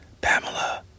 Pamela